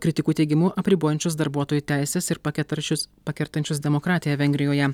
kritikų teigimu apribojančius darbuotojų teises ir paketarčius pakertančius demokratiją vengrijoje